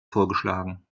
vorgeschlagen